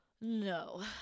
No